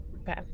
Okay